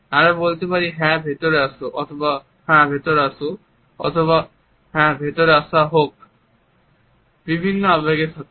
আমরা বলতে পারি হ্যাঁ ভেতরে আসো অথবা হ্যাঁ ভেতরে আসো অথবা হ্যাঁ ভেতরে আসা হোক বিভিন্ন আবেগের সাথে